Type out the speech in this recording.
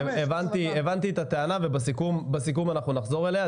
הבנתי את הטענה ובסיכום אנחנו נחזור אליה.